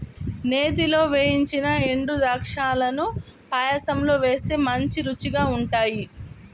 నేతిలో వేయించిన ఎండుద్రాక్షాలను పాయసంలో వేస్తే మంచి రుచిగా ఉంటాయి